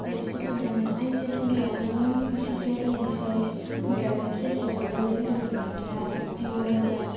ꯑꯩꯁꯦ ꯑꯩꯁꯦ ꯁꯨꯝ ꯇꯧꯕꯅꯤ ꯉꯁꯤꯁꯦ ꯑꯩꯒꯤꯁꯦ ꯒꯦꯔꯦꯖꯁꯦ ꯁꯦꯡꯕꯅꯤ ꯑꯗꯨ ꯃꯇꯝꯗ ꯑꯩꯉꯣꯟꯗ